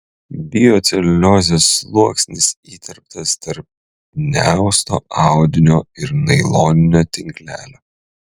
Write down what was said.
bioceliuliozės sluoksnis įterptas tarp neausto audinio ir nailoninio tinklelio